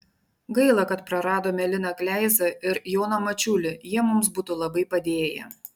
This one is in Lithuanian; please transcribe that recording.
gaila kad praradome liną kleizą ir joną mačiulį jie mums būtų labai padėję